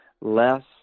less